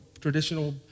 traditional